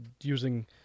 using